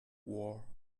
war